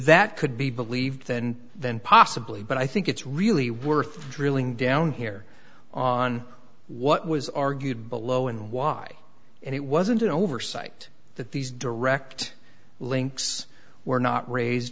that could be believed and then possibly but i think it's really worth drilling down here on what was argued below and why and it wasn't an oversight that these direct links were not raised